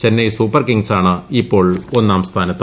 Chennai Super Kings ആണ് ഇപ്പോൾ ഒന്നാം സ്ഥാനത്ത്